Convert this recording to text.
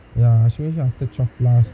ya she messaged after twelve plus